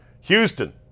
Houston